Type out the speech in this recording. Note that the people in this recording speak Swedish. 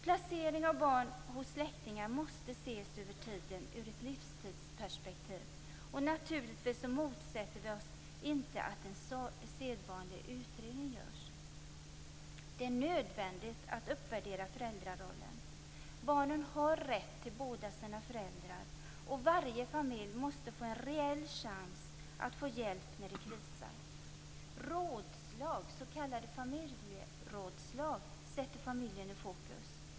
Placering av barn hos släktingar måste ses över tiden, ur ett livstidsperspektiv. Naturligtvis motsätter vi oss inte att en sedvanlig utredning görs. Det är nödvändigt att uppvärdera föräldrarollen. Barnen har rätt till båda sina föräldrar, och varje familj måste få en reell chans att få hjälp när det krisar. De s.k. familjerådslagen sätter familjen i fokus.